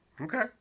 Okay